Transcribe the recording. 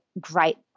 great